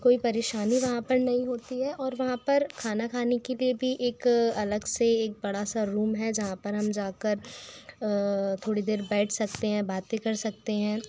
कोई परेशानी वहाँ पर नहीं होती है और वहाँ पर खाना खाने के लिए भी एक अलग से एक बड़ा सा रूम है जहाँ पर हम जाकर थोड़ी देर बैठ सकते हैं बातें कर सकते हैं